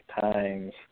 times